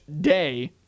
day